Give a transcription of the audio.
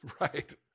Right